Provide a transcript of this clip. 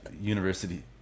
university